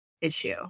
issue